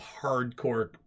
hardcore